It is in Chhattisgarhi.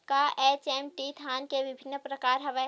का एच.एम.टी धान के विभिन्र प्रकार हवय?